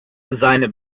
seine